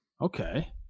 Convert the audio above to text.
okay